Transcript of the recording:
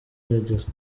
yageze